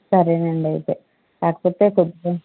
సరేనండి అయితే కాకపోతే కొంచం